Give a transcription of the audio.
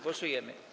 Głosujemy.